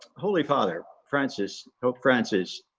holy father francis pope francis